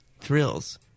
thrills